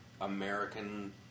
American